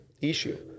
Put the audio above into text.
issue